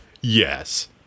yes